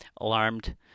alarmed